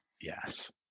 Yes